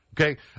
Okay